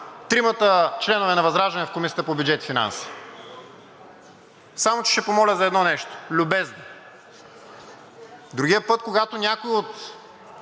тримата членове на ВЪЗРАЖДАНЕ в Комисията по бюджет и финанси. Само че ще помоля за едно нещо, любезно. Другия път, когато някой от